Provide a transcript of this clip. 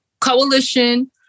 Coalition